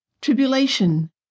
tribulation